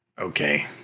Okay